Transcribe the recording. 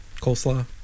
coleslaw